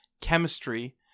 Chemistry